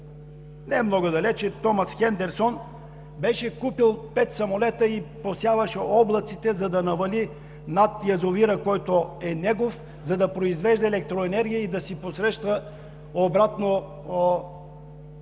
немного отдавна, още Томас Хендерсон беше купил пет самолета и посяваше облаците, за да навали над язовира, който е негов, за да произвежда елекроенергия и да си посреща обратно